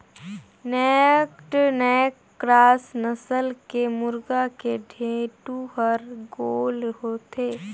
naked neck cross नसल के मुरगा के ढेंटू हर गोल होथे